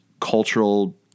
cultural